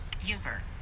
Uber